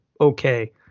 okay